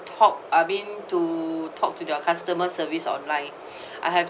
talk I mean to talk to their customer service online I have